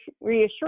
reassure